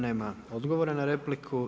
Nema odgovora na repliku.